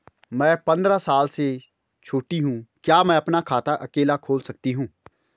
मैं पंद्रह साल से छोटी हूँ क्या मैं अपना खाता अकेला खोल सकती हूँ?